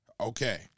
Okay